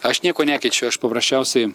aš nieko nekeičiu aš paprasčiausiai